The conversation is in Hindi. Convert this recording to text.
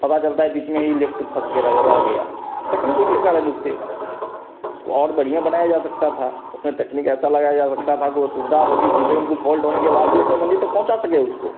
पता चलता है बीच में ही लिफ्ट फँसके रह गया तकनीकी के कारण उसके उसको और बढ़िया बनाया जा सकता था उसमें तकनीक ऐसा लगाया जा सकता था को ओ सुविधा होगी कम से कम कुछ फ़ॉल्ट होने के बाद भी ओ अपने मंज़िल तक पहुँचा सके उसको